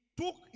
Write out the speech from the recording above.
took